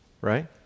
right